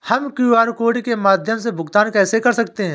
हम QR code के माध्यम से भुगतान कैसे कर सकते हैं?